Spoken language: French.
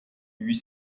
huit